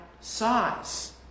size